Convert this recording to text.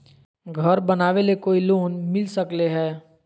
घर बनावे ले कोई लोनमिल सकले है?